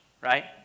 right